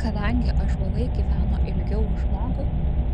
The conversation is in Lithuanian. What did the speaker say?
kadangi ąžuolai gyveno ilgiau už žmogų